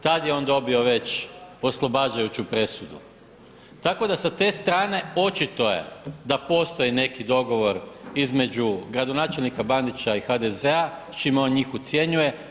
Tada je on dobio već oslobađajuću presudu, tako da sa te strane očito je da postoje neki dogovor između gradonačelnika Bandića i HDZ-a s čime on njih ucjenjuje.